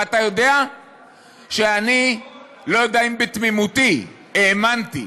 ואתה יודע שאני, אני לא יודע אם בתמימותי, האמנתי,